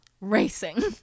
racing